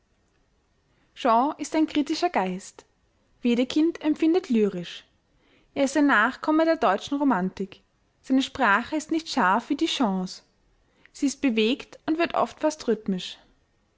shaw ist ein kritischer geist wedekind empfindet lyrisch er ist ein nachkomme der deutschen romantik seine sprache ist nicht scharf wie die shaws sie ist bewegt und wird oft fast rythmisch